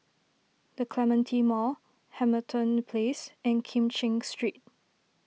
the Clementi Mall Hamilton Place and Kim Cheng Street